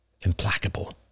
implacable